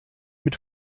mit